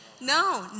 No